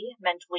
mentally